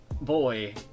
Boy